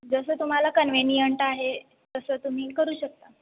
जसं तुम्हाला कन्विनियंट आहे तसं तुम्ही करू शकता